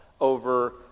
over